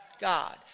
God